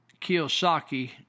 Kiyosaki